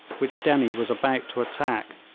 which dennie was about to attack,